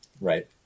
Right